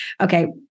Okay